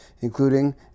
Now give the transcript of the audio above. including